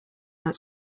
that